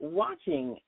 watching